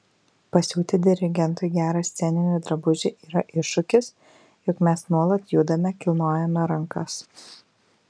pasiūti dirigentui gerą sceninį drabužį yra iššūkis juk mes nuolat judame kilnojame rankas